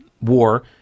war